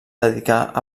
dedicar